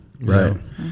right